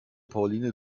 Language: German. pauline